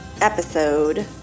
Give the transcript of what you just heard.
episode